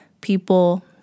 people